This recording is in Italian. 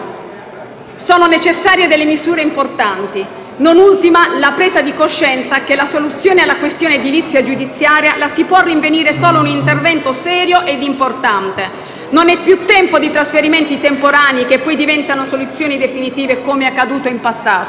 sono necessarie delle misure importanti, non ultima la presa di coscienza che la soluzione alla questione edilizia giudiziaria la si può rinvenire solo in un intervento serio e importante. Non è più tempo di trasferimenti temporanei che poi diventano soluzioni definitive, come accaduto in passato.